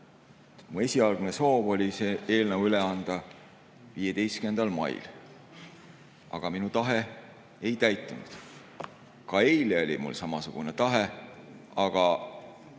Mu esialgne soov oli see eelnõu üle anda 15. mail, aga minu tahe ei täitunud. Ka eile oli mul samasugune tahe, aga